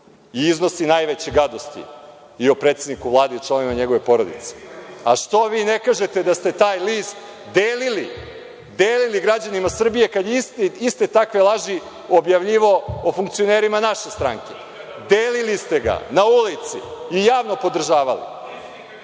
i iznose najveće gadosti i o predsedniku Vlade i o članovima njegove porodice.Zašto vi ne kažete da ste taj list delili građanima Srbije kada je iste takve laži objavljivao o funkcionerima naše stranke. Delili ste ga na ulici i javno podržavali.